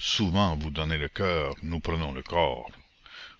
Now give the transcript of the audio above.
souvent vous donnez le coeur nous prenons le corps